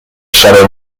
shadow